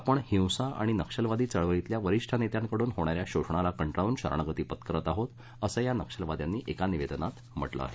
आपण हिंसा आणि नक्षलवादी चळवळीतल्या वरिष्ठ नेत्यांकडून होणाऱ्या शोषणाला कंटाळून शरणागती पत्करतआहोत असं या नक्षलवाद्यांनी एका निवेदनात म्हटलं आहे